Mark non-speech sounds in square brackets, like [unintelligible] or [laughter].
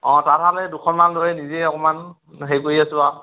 অঁ তাঁতা শাল দুখনমান [unintelligible] নিজেই অকণমান হেৰি কৰি আছোঁ আৰু